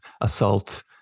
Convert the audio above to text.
assault